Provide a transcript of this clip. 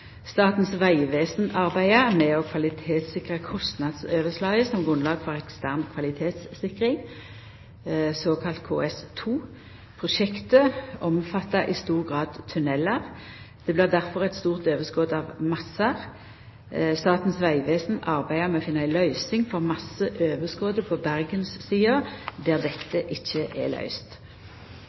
Statens vegvesen arbeider med å kvalitetssikra kostnadsoverslaget som grunnlag for ekstern kvalitetssikring, såkalla KS2. Prosjektet omfattar i stor grad tunnelar, og det blir difor eit stort overskott av massar. Statens vegvesen arbeider med å finna ei løysing for masseoverskottet på Bergenssida, der dette ikkje er løyst.